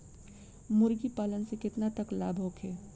मुर्गी पालन से केतना तक लाभ होखे?